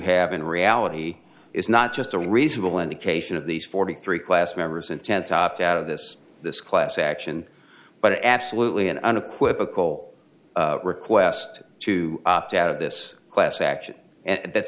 have in reality is not just a reasonable indication of these forty three class members intend to opt out of this this class action but absolutely an unequivocal request to opt out of this class action and that